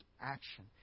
action